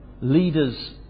leaders